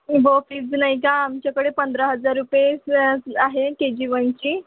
ब फिज नाही का आमच्याकडे पंधरा हजार रुपये ज् आहे के जी वनची